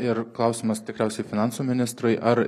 ir klausimas tikriausiai finansų ministrui ar